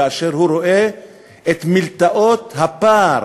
כאשר הוא רואה את מלתעות הפער